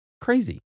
Crazy